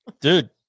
Dude